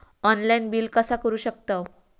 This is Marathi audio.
ऑनलाइन बिल कसा करु शकतव?